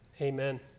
Amen